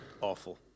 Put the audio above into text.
awful